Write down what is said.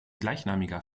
gleichnamiger